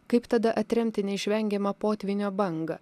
kaip tada atremti neišvengiamą potvynio bangą